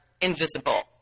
invisible